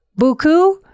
Buku